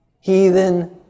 heathen